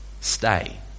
stay